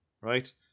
right